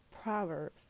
Proverbs